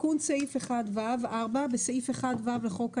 "תיקון סעיף 1ו בסעיף 1ו לחוק העיקרי,